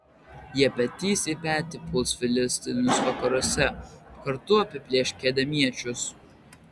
jie petys į petį puls filistinus vakaruose kartu apiplėš kedemiečius